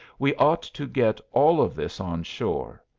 we ought to get all of this on shore.